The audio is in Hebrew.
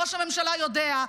ראש הממשלה יודע,